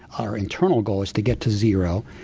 our internal goal is to get to zero,